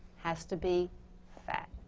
has to be fat.